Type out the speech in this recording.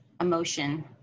emotion